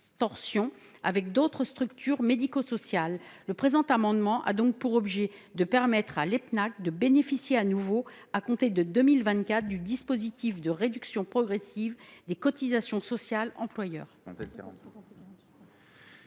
avec d’autres structures médico sociales. Le présent amendement a donc pour objet de permettre à l’Epnak de bénéficier de nouveau, à compter de 2024, du dispositif de réduction progressive des cotisations sociales employeur.